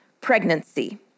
pregnancy